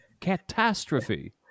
catastrophe